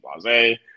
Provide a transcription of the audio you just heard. blase